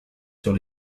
sur